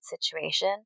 situation